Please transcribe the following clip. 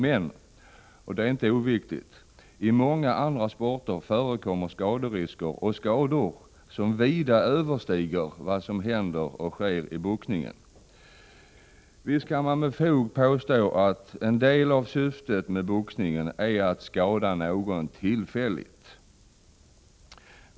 Men, och det är inte oviktigt: i många andra sporter förekommer skaderisker och skador som vida överstiger vad som inträffar i boxningen. Visst kan man med fog påstå att en del av syftet med boxningen är att skada någon tillfälligt.